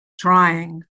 trying